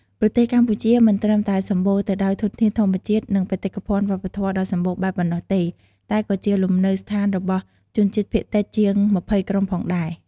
ប្រទេសកម្ពុជាមិនត្រឹមតែសម្បូរទៅដោយធនធានធម្មជាតិ និងបេតិកភណ្ឌវប្បធម៌ដ៏សម្បូរបែបប៉ុណ្ណោះទេ តែក៏ជាលំនៅដ្ឋានរបស់ ជនជាតិភាគតិច ជាង ២០ ក្រុមផងដែរ។